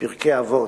בפרקי אבות: